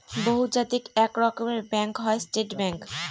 বহুজাতিক এক রকমের ব্যাঙ্ক হয় স্টেট ব্যাঙ্ক